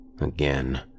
Again